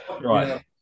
Right